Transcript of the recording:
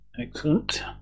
Excellent